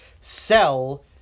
sell